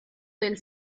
del